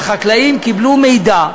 שהחקלאים קיבלו מידע,